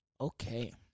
Okay